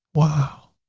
wow.